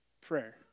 prayer